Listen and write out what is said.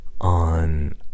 on